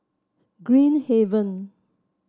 Green Haven